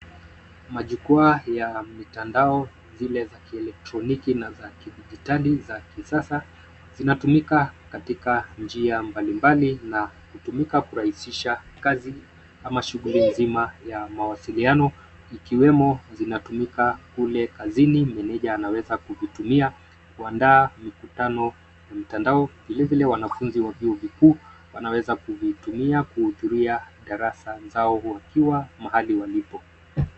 Majukwa ya mitandao zile za kielektroniki na kidigitali za kisasa zinatumika katika njia mbalimbali na kutumika kurahisisha kazi ama shughuli nzima ya mawasiliano . Zikiwemo zinatumika kule kazini meneja anaweza kuzitumia kuandaa mikutano ya mitandao, vilevile wanafunzi wa vyuo vikuu wanaweza kuzitumia kuhudhuria darasa zao wakiwa mahali walipo.